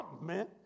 man